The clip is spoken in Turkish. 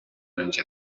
önce